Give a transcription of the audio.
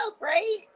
right